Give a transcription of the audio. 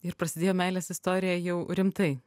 ir prasidėjo meilės istorija jau rimtai